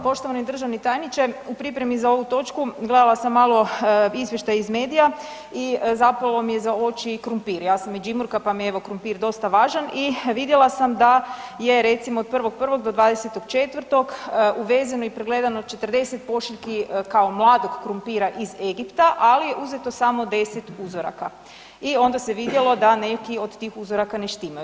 Poštovani državni tajniče u pripremi za ovu točku gledala sam malo izvještaj iz medija i zapelo mi je za oči krumpir, ja sam Međimurka pa mi je evo krumpir dosta važan i vidjela sam da je recimo od 1.1. do 20.4. uvezeno i pregledano 40 pošiljki kao mladog krumpira iz Egipta, ali je uzeto samo 10 uzoraka i onda se vidjelo da neki od tih uzoraka ne štimaju.